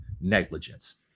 negligence